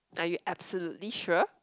are you absolutely sure